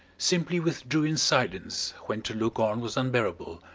simply withdrew in silence when to look on was unbearable,